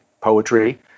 poetry